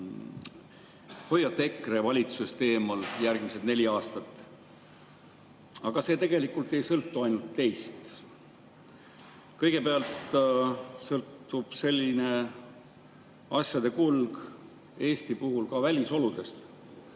hoiate EKRE valitsusest eemal järgmised neli aastat. Aga tegelikult see ei sõltu ainult teist. Kõigepealt sõltub selline asjade kulg Eesti puhul ka välisoludest.